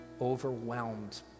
overwhelmed